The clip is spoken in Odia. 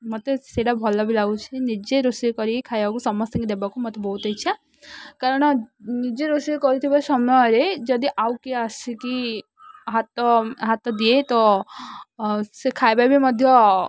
ମୋତେ ସେଇଟା ଭଲ ବି ଲାଗୁଛି ନିଜେ ରୋଷେଇ କରିକି ଖାଇବାକୁ ସମସ୍ତଙ୍କି ଦେବାକୁ ମୋତେ ବହୁତ ଇଚ୍ଛା କାରଣ ନିଜେ ରୋଷେଇ କରିଥିବା ସମୟରେ ଯଦି ଆଉ କିଏ ଆସିକି ହାତ ହାତ ଦିଏ ତ ସେ ଖାଇବା ବି ମଧ୍ୟ